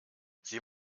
sie